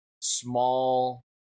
small